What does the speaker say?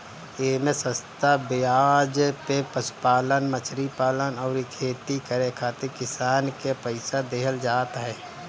एमे सस्ता बेआज पे पशुपालन, मछरी पालन अउरी खेती करे खातिर किसान के पईसा देहल जात ह